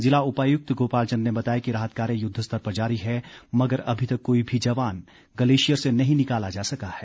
ज़िला उपायुक्त गोपाल चंद ने बताया कि राहत कार्य युद्ध स्तर पर जारी है मगर अभी तक कोई भी जवान ग्लेशियर से नहीं निकाला जा सका है